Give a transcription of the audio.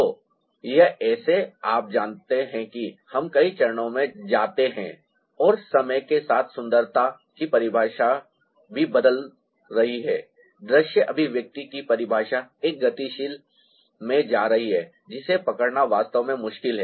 तो यह ऐसा है आप जानते हैं कि हम कई चरणों में जाते हैं और समय के साथ सुंदरता की परिभाषा भी बदल रही है दृश्य अभिव्यक्ति की परिभाषा एक गतिशील में जा रही है जिसे पकड़ना वास्तव में मुश्किल है